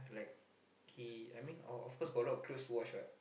like he I mean of course got a lot of clothes to wash what